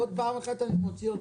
עוד פעם אחת, ואני מוציא אותך.